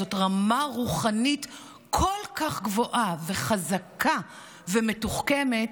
זו רמה רוחנית כל כך גבוהה וחזקה ומתוחכמת.